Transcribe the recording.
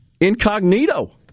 incognito